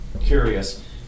curious